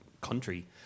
country